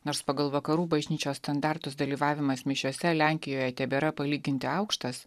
nors pagal vakarų bažnyčios standartus dalyvavimas mišiose lenkijoje tebėra palyginti aukštas